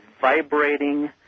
vibrating